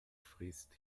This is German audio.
frisst